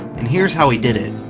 and here's how he did it.